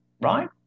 right